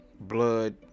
blood